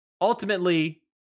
ultimately